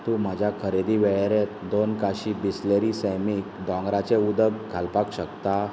तूं म्हज्या खरेदी वळेरेंत दोन काशी बिसलेरी सैमीक दोंगराचें उदक घालपाक शकता